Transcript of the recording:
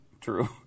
True